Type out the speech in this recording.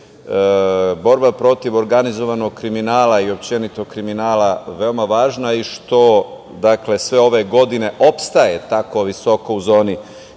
borba protiv organizovanog kriminala i uopšteno kriminala veoma važna i što sve ove godine opstaje tako visoko u zoni